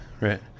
right